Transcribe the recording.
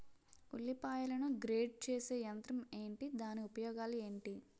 ఉల్లిపాయలను గ్రేడ్ చేసే యంత్రం ఏంటి? దాని ఉపయోగాలు ఏంటి?